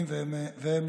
אתה לא רצוי פה.